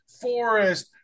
forest